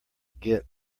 git